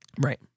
Right